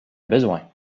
besoin